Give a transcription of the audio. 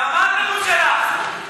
למה, מה התירוץ שלך?